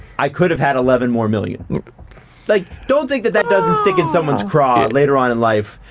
i could have had eleven more million like, don't think that that doesn't stick in someone's craw later on in life.